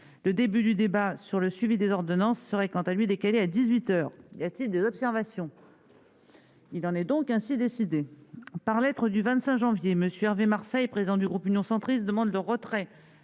Le début du débat sur le suivi des ordonnances serait quant à lui décalé à dix-huit heures. Y a-t-il des observations ?... Il en est ainsi décidé. Par lettre en date du 25 janvier, M. Hervé Marseille, président du groupe Union Centriste, demande le retrait